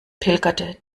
pilgerte